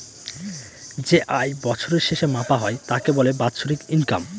যে আয় বছরের শেষে মাপা হয় তাকে বলে বাৎসরিক ইনকাম